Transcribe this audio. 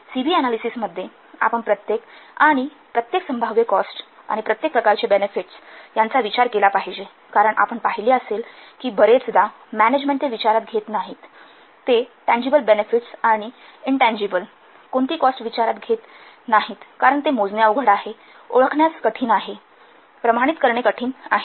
C B अनालिसिसमध्ये आपण प्रत्येक आणि प्रत्येक संभाव्य कॉस्ट आणि प्रत्येक प्रकारचे बेनेफिट चा विचार केला पाहिजे कारण आपण पाहिले असेल कि बरेचदा व्यवस्थापन ते विचारात घेत नाहीत ते टँजिबल बेनेफिट्स आणि इनटँजिबल कोणती कॉस्ट विचारात घेत नाहीत कारण ते मोजणे अवघड आहे ओळखण्यास कठीण आहे प्रमाणित करणे कठीण आहे